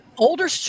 Older